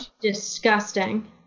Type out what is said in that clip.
Disgusting